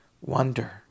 wonder